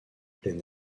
plein